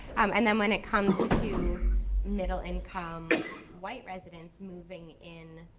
um and then when it comes to middle income white residents moving in,